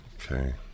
Okay